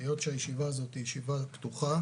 היות שהישיבה הזו היא ישיבה פתוחה,